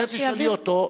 זה תשאלי אותו.